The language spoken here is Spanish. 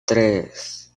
tres